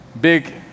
big